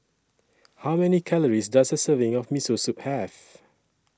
How Many Calories Does A Serving of Miso Soup Have